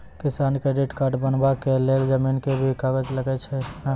किसान credit card बनबा के लेल जमीन के भी कागज लागै छै कि?